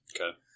Okay